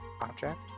Object